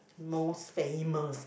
most famous